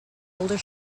older